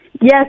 Yes